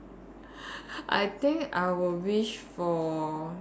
I think I will wish for